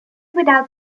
without